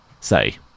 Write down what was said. Say